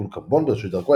פול קמבון בראשית דרכו,